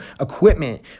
equipment